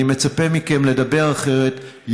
אני מצפה מכם לדבר אחרת.